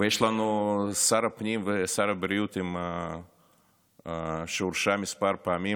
ויש לנו שר הפנים ושר הבריאות שהורשע מספר פעמים,